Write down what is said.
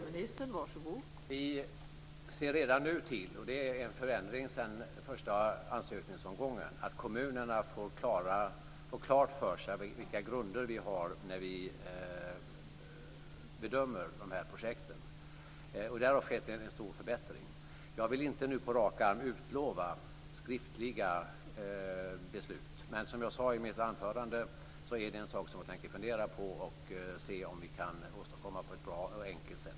Fru talman! Vi ser redan nu till - och det är en förändring efter den första ansökningsomgången - att kommunerna får klart för sig på vilka grunder vi bedömer de här projekten. Därvidlag har det skett en stor förbättring. Jag vill inte nu på rak arm utlova skriftliga beslut, men som jag sade i mitt anförande tänker jag fundera på det och ta reda på om vi kan åstadkomma det på ett bra och enkelt sätt.